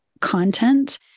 content